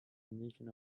invention